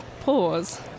pause